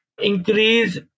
increase